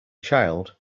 child